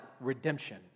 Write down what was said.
Redemption